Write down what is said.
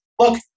Look